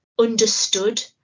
understood